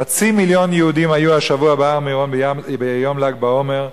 חצי מיליון יהודים היו השבוע בהר-מירון ביום ל"ג בעומר,